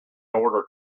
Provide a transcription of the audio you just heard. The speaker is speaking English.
order